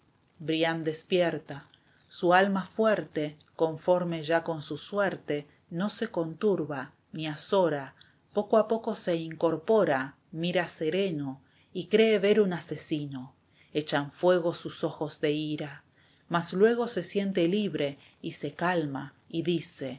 brian despierta su alma fuerte conforme ya con su suerte no se conturba